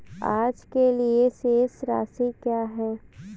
आज के लिए शेष राशि क्या है?